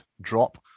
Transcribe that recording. drop